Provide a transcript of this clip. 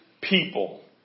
people